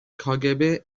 کاگب